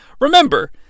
Remember